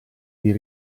del